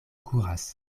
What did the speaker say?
kuras